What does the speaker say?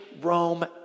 Rome